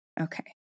Okay